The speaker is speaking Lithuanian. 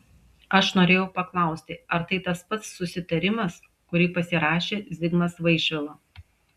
aš norėjau paklausti ar tai tas pats susitarimas kurį pasirašė zigmas vaišvila